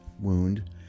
wound